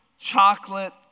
chocolate